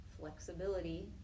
flexibility